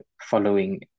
following